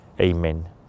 Amen